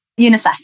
UNICEF